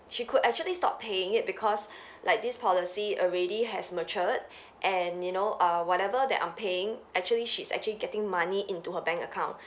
she could actually stop paying it because like this policy already has matured and you know err whatever that I'm paying actually she's actually getting money into her bank account